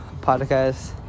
podcast